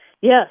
Yes